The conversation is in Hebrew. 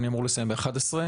אני אמור לסיים ב-23:00,